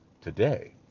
today